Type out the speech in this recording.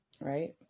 right